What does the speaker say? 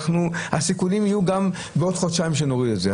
הסיכונים יהיו גם בעוד חודשיים כשנוריד את זה,